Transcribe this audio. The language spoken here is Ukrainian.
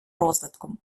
розвитком